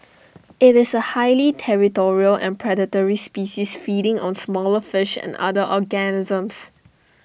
IT is A highly territorial and predatory species feeding on smaller fish and other organisms